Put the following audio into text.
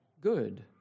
good